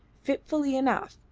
fitfully enough,